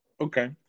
Okay